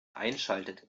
einschaltet